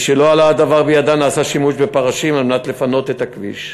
משלא עלה הדבר בידה נעשה שימוש בפרשים כדי לפנות את הכביש.